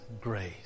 grace